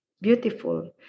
Beautiful